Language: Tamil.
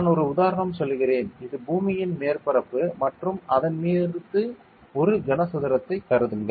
நான் ஒரு உதாரணம் சொல்கிறேன் இது பூமியின் மேற்பரப்பு மற்றும் அதன்மீது ஒரு கனசதுரத்தை கருதுங்கள்